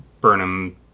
Burnham